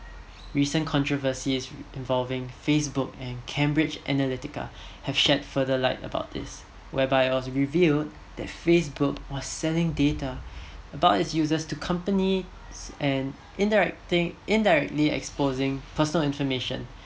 recent controversies involving facebook and cambridge analytical have shed further light about this whereby it was revealed that facebook was selling data about it's users to companies and indirecting indirectly exposing personal information